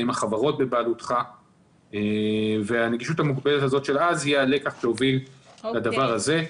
האם החברות בבעלותך והנגישות המוגברת הזאת תוביל לדבר הזה.